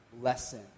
lesson